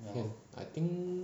I think